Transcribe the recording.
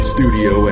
Studio